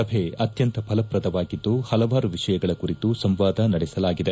ಸಭೆ ಅತ್ಸಂತ ಫಲಪ್ರದವಾಗಿದ್ದು ಪಲವಾರು ವಿಷಯಗಳ ಕುರಿತು ಸಂವಾದ ನಡೆಸಲಾಗಿದೆ